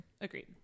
Agreed